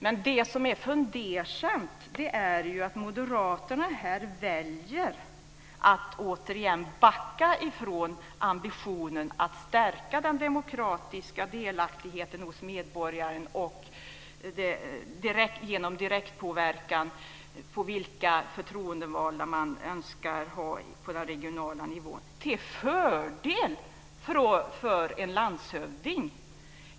Men det som är betänksamt är ju att Moderaterna här väljer att återigen backa från ambitionen att stärka den demokratiska delaktigheten hos medborgaren genom direkt påverkan på vilka förtroendevalda man önskar ha på den regionala nivån till fördel för en landshövding.